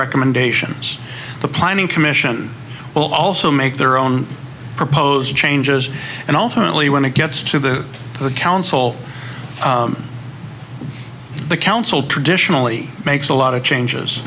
recommendations the planning commission will also make their own proposed changes and ultimately when it gets to the council the council traditionally makes a lot of changes